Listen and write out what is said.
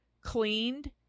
cleaned